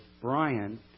Brian